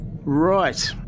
Right